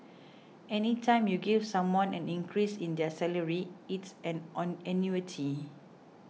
any time you give someone an increase in their salary it's an annuity